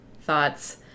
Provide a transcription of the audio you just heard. thoughts